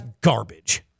garbage